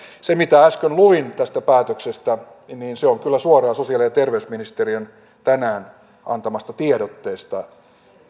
se mitä äsken luin tästä päätöksestä on kyllä suoraan sosiaali ja terveysministeriön tänään antamasta tiedotteesta